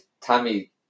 Tammy